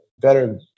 better